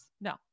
No